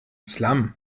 slum